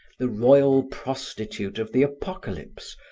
the royal prostitute of the apocalypse,